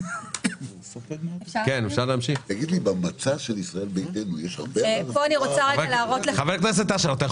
אנחנו